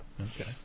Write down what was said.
Okay